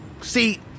See